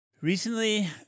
Recently